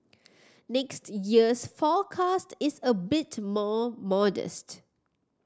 next year's forecast is a bit more modest